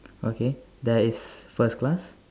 okay there is first class